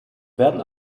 werden